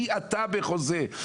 כי אתה בחוזה.